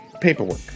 Paperwork